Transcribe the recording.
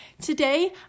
Today